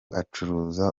acuruza